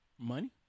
Money